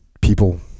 people